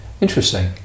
Interesting